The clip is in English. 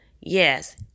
yes